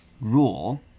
rule